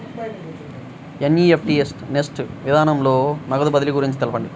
NEFT NEFT విధానంలో నగదు బదిలీ గురించి తెలుపండి?